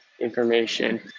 information